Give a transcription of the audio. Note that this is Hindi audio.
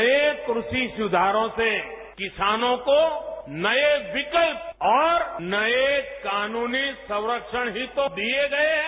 नए कृषि सुधारों से किसानों को नए विकल्प और नए कानूनी संख्यण ही तो दिए गए हैं